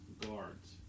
guards